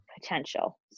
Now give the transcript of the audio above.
potential